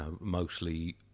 mostly